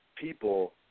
people